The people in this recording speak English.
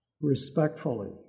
respectfully